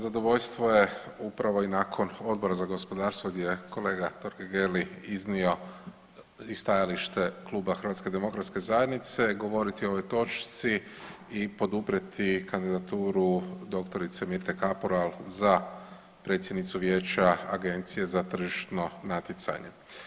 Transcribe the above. Zadovoljstvo je upravo i nakon Odbora za gospodarstvo gdje je kolega Totgergeli iznio i stajalište klub HDZ-a govoriti o ovoj točci i poduprijeti kandidaturu dr. Mirte Kapural za predsjednicu Vijeća za zaštitu tržišnog natjecanja.